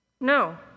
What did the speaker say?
No